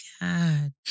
god